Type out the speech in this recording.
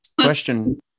question